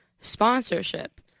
sponsorship